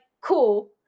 cool